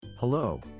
Hello